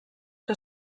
que